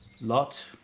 lot